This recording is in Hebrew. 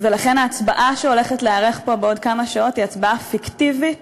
ולכן ההצבעה שהולכת להיערך פה עוד כמה שעות היא הצבעה פיקטיבית